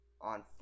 on